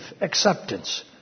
acceptance